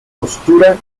costura